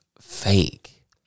fake